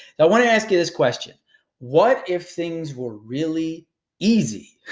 i wanna ask you this question what if things were really easy?